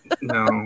No